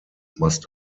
must